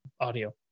audio